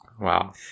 Wow